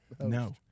No